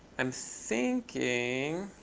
i'm thinking.